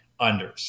unders